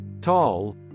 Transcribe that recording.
tall